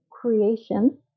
creation